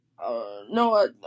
no